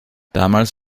damals